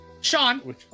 Sean